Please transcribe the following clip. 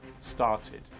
started